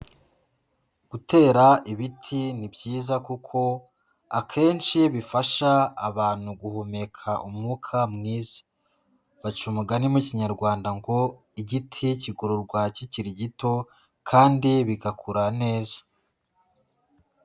Gutera ibiti ni byiza kuko akenshi bifasha abantu guhumeka umwuka mwiza, baca umugani mu Kinyarwanda ngo igiti kigororwa kikiri gito kandi bigakura neza.